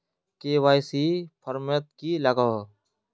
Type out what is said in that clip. KYC format की लागोहो?